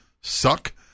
suck